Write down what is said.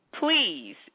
please